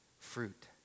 fruit